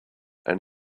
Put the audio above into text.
and